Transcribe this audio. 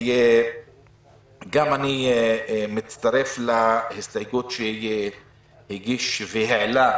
אני מצטרף להסתייגות שהגיש והעלה,